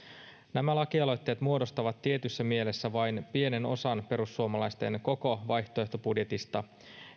nämä lakialoitteet muodostavat tietyssä mielessä vain pienen osan perussuomalaisten koko vaihtoehtobudjetista